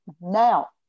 now